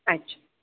आच्छा